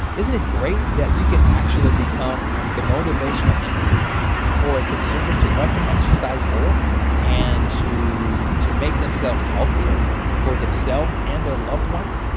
isn't it great that you can actually become the motivational impetus for a consumer to want to exercise more and to to make themselves healthier for themselves and their loved ones?